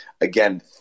Again